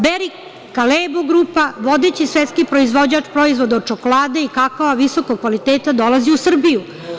Beri Kalebo“ grupa, vodeći svetski proizvođač proizvoda od čokolade i kakaa visokog kvaliteta dolazi u Srbiju.